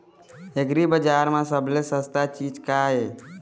एग्रीबजार म सबले सस्ता चीज का ये?